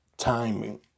timing